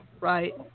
Right